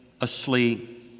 asleep